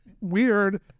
weird